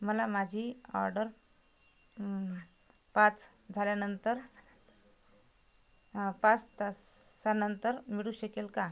मला माझी ऑर्डर पाच झाल्यानंतर पाच तासानंतर मिळू शकेल का